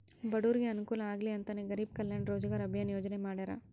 ಬಡೂರಿಗೆ ಅನುಕೂಲ ಆಗ್ಲಿ ಅಂತನೇ ಗರೀಬ್ ಕಲ್ಯಾಣ್ ರೋಜಗಾರ್ ಅಭಿಯನ್ ಯೋಜನೆ ಮಾಡಾರ